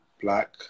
Black